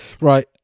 right